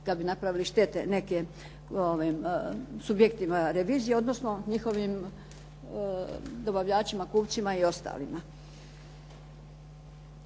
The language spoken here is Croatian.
da bi napravili štete nekim subjektima revizije, odnosno njihovim dobavljačima, kupcima i ostalima.